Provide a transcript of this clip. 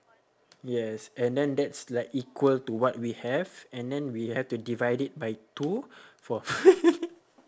yes and then that's like equal to what we have and then we have to divide it by two for